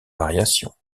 variations